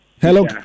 Hello